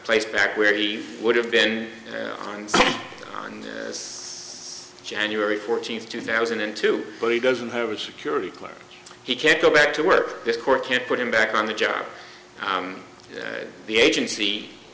placed back where he would have been on it's january fourteenth two thousand and two but he doesn't have a security clearance he can't go back to work this court can't put him back on the job and the agency